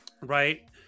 right